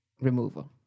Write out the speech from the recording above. removal